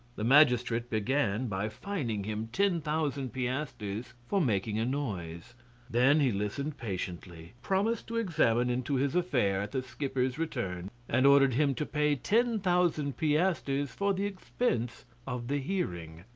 the magistrate began by fining him ten thousand piastres for making a noise then he listened patiently, promised to examine into his affair at the skipper's return, and ordered him to pay ten thousand piastres for the expense of the hearing.